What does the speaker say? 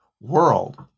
world